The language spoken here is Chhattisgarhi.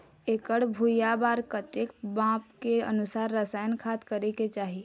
एकड़ भुइयां बार कतेक माप के अनुसार रसायन खाद करें के चाही?